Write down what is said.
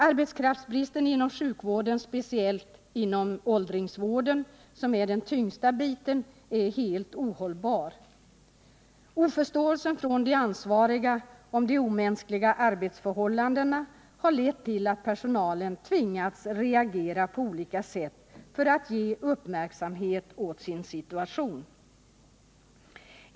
Situationen inom sjukvården, speciellt inom åldringsvården, som är den tyngsta biten, är på grund av arbetskraftsbristen helt ohållbar. Oförståelsen från de ansvariga för de omänskliga arbetsförhållandena har lett till att personalen tvingats reagera på olika sätt för att dra uppmärksamhet till sin situation.